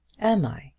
am i?